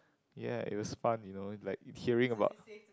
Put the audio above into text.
ye it was fun you know like hearing about